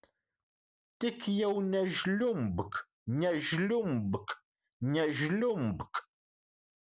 tik jau nežliumbk nežliumbk nežliumbk